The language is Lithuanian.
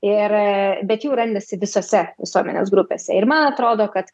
ir bet jų randasi visose visuomenės grupėse ir man atrodo kad